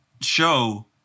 show